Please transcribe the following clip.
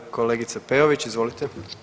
Kolegice Peović izvolite.